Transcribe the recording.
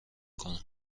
کنم